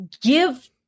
give